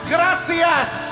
Gracias